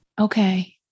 Okay